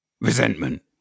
Resentment